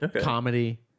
comedy